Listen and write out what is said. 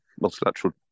multilateral